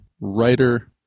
writer